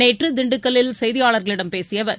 நேற்று திண்டுக்கல்லில் செய்தியாளர்களிடம் பேசிய அவர்